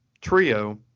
trio